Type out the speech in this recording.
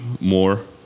more